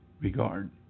regard